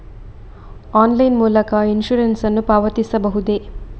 Online ಮೂಲಕ insurance ನ್ನು ಪಾವತಿಸಬಹುದೇ?